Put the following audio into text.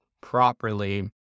properly